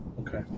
Okay